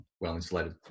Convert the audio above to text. well-insulated